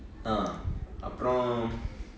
uh அப்பரொ:appro